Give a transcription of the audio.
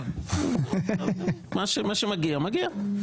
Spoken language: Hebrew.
מה שמגיע מגיע.